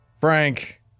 Frank